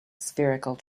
spherical